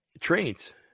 trains